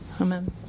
Amen